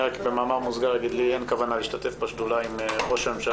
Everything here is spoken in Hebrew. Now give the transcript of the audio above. אני רק במאמר מוסגר אגיד שאין לי כוונה להשתתף בשדולה עם ראש הממשלה.